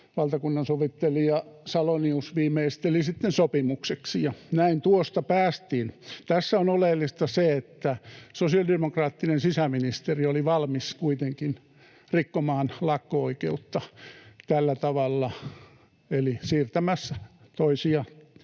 valtakunnansovittelija Salonius viimeisteli sitten sopimukseksi, ja näin tuosta päästiin. Tässä on oleellista se, että sosiaalidemokraattinen sisäministeri oli valmis kuitenkin rikkomaan lakko-oikeutta tällä tavalla eli siirtämässä toisia